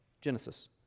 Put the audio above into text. Genesis